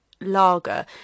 lager